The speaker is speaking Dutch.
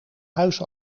huis